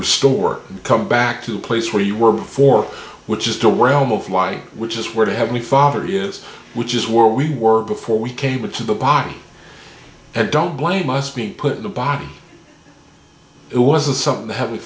restored come back to place where you were before which is still realm of light which is where the heavenly father is which is where we were before we came into the body and don't blame us being put in the body it wasn't something to have